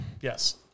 Yes